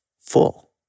full